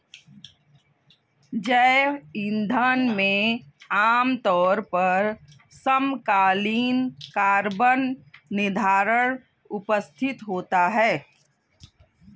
जैव ईंधन में आमतौर पर समकालीन कार्बन निर्धारण उपस्थित होता है